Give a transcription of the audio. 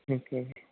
okay